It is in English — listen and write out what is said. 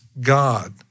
God